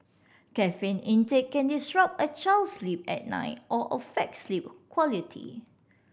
caffeine intake can disrupt a child's sleep at night or affect sleep quality